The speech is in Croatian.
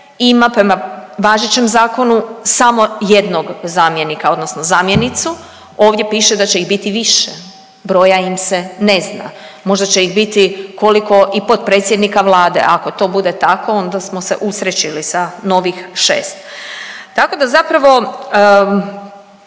ima prema važećem zakonu samo jednog zamjenika, odnosno zamjenicu. Ovdje piše da će ih biti više, broja im se ne zna. Možda će ih biti koliko i potpredsjednika Vlade. Ako to bude tako, onda smo se usrećili sa novih 6. Tako da zapravo